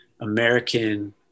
american